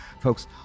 Folks